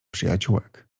przyjaciółek